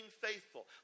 faithful